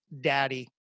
daddy